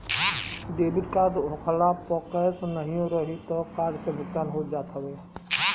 debit card होखला पअ cash नाहियो रही तअ कार्ड से भुगतान हो जात हवे